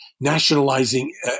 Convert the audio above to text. nationalizing